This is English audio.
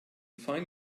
find